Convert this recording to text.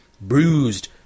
bruised